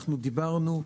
אנחנו דיברנו,